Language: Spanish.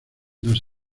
dos